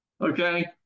okay